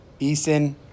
Eason